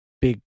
big